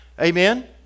amen